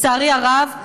לצערי הרב,